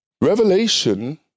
Revelation